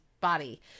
body